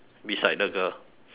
beside the girl